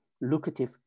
lucrative